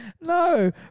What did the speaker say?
no